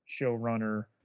showrunner